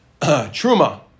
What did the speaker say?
truma